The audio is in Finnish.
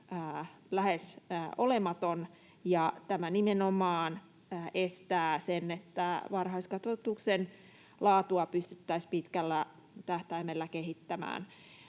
lähes olematon, ja tämä nimenomaan estää sen, että varhaiskasvatuksen laatua pystyttäisiin pitkällä tähtäimellä kehittämään.